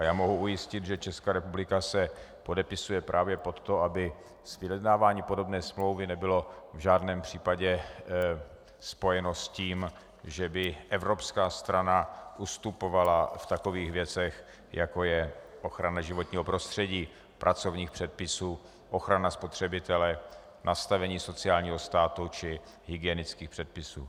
Já mohu ujistit, že Česká republika se podepisuje právě pod to, aby vyjednávání podobné smlouvy nebylo v žádném případě spojeno s tím, že by evropská strana ustupovala v takových věcech, jako je ochrana životního prostředí, pracovních předpisů, ochrana spotřebitele, nastavení sociálního státu či hygienických předpisů.